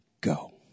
go